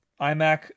iMac